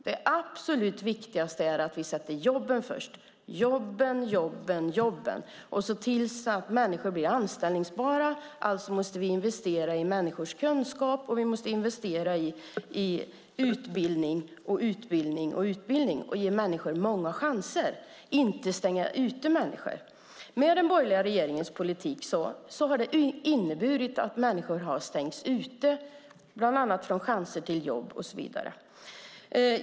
Det absolut viktigaste är att vi sätter jobben först - jobben, jobben, jobben - och ser till att människor blir anställningsbara. Alltså måste vi investera i människors kunskap, och vi måste investera i utbildning, utbildning och utbildning och ge människor många chanser, inte stänga ute människor. Den borgerliga regeringens politik har inneburit att människor har stängts ute, bland annat från chanser till jobb.